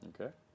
Okay